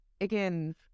again